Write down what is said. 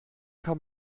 kann